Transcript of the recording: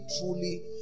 truly